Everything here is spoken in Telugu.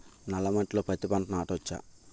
నల్ల మట్టిలో పత్తి పంట నాటచ్చా?